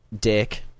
Dick